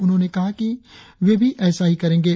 उन्होंने कहा कि वे भी ऎसा ही करेंगे